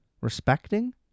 Respecting